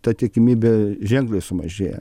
ta tikimybė ženkliai sumažėja